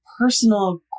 personal